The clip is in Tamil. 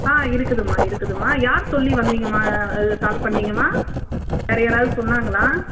ஆ இருக்குதும்மா இருக்குதும்மா யார் சொல்லி வந்தீங்கம்மா இது கால் பண்ணீங்கம்மா வேறு யாராவது சொன்னாங்களா